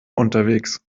unterwegs